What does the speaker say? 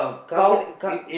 Company com~